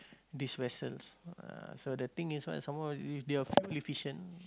these vessels uh so the thing is what some more if you're fuel efficient